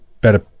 better